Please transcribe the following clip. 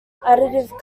additive